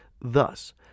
Thus